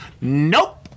nope